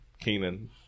Keenan